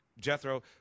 Jethro